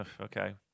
okay